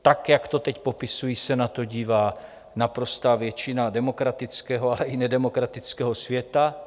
Tak, jak to teď popisuji, se na to dívá naprostá většina demokratického, ale i nedemokratického světa.